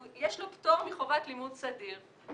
יש לו פטור מחובת לימוד סדיר.